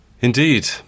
Indeed